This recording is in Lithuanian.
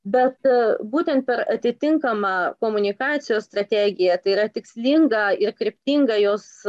bet būtent per atitinkamą komunikacijos strategiją tai yra tikslingą ir kryptingą jos